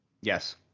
Yes